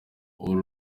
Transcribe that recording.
uru